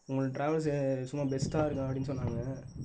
உங்கள் டிராவல்ஸு சும்மா பெஸ்ட்டாயிருக்கும் அப்படினு சொன்னாங்க